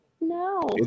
No